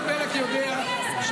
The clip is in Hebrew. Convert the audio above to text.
אתה לא מגיע לוועדות.